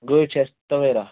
گٲڈۍ چھِ اَسہِ تَویرا